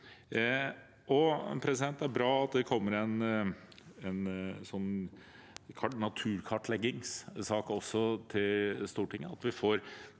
andre gjør. Det er bra at det kommer en naturkartleggingssak til Stortinget